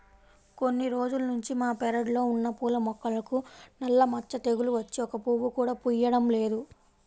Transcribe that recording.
కొన్ని రోజుల్నుంచి మా పెరడ్లో ఉన్న పూల మొక్కలకు నల్ల మచ్చ తెగులు వచ్చి ఒక్క పువ్వు కూడా పుయ్యడం లేదు